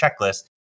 checklist